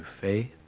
faith